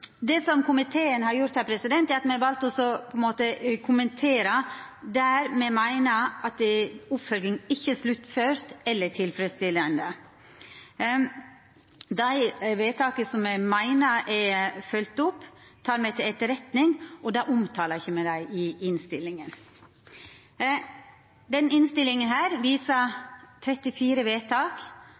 Det komiteen har gjort, er at me har valt å kommentera der me meiner at oppfølginga ikkje er sluttført eller tilfredsstillande. Dei vedtaka som me meiner er følgde opp, tek me til etterretning, og me omtaler dei ikkje i innstillinga. Denne innstillinga viser 34 vedtak